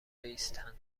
بایستند